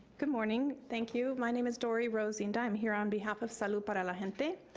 good morning, thank you my name is dori rose and i'm here on behalf of salud para la gente.